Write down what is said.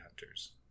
hunters